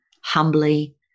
humbly